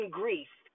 grief